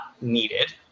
needed